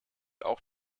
auch